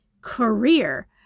career